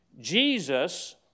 Jesus